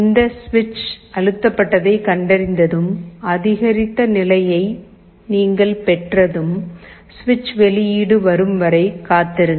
இந்த சுவிட்ச் அழுத்தப்பட்டதை கண்டறிந்ததும் அதிகரித்த நிலையைப் நீங்கள் பெற்றதும் சுவிட்ச் வெளியீடு வரும் வரை காத்திருங்கள்